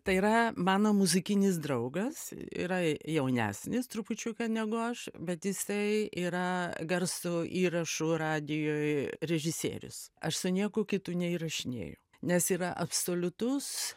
tai yra mano muzikinis draugas yra jaunesnis trupučiuką negu aš bet jisai yra garso įrašų radijoj režisierius aš su nieku kitu neįrašinėju nes yra absoliutus